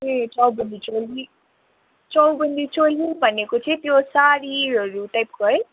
ए चौबन्दी चोली चौबन्दी चोली भनेको चाहिँ त्यो साडीहरू टाइपको है